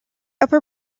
upper